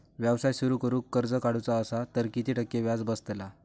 व्यवसाय सुरु करूक कर्ज काढूचा असा तर किती टक्के व्याज बसतला?